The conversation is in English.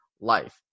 life